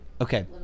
Okay